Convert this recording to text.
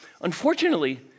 Unfortunately